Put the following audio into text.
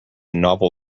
novel